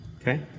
okay